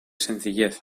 sencillez